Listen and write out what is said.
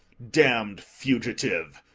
damned fugitive,